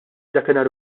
dakinhar